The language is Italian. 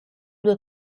due